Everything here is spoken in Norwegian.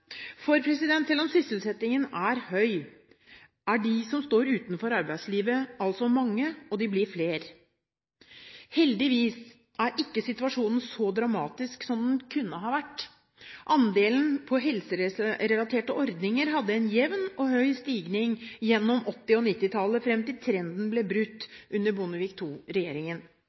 For selv om sysselsettingen er høy, er de som står utenfor arbeidslivet, altså mange, og de blir flere. Heldigvis er ikke situasjonen så dramatisk som den kunne ha vært: Andelen på helserelaterte ordninger hadde en jevn og høy stigning gjennom 1980- og 1990-tallet, fram til trenden ble brutt under Bondevik II-regjeringen. Men selv om regjeringen